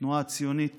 בתנועה הציונית